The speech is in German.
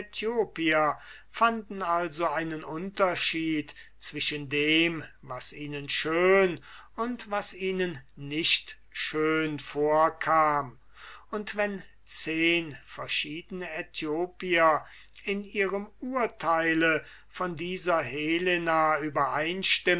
fanden also einen unterschied zwischen dem was ihnen schön und was ihnen nicht schön vorkam und wenn zehn verschiedene aethiopier in ihrem urteil von dieser helena